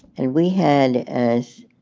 and we had as.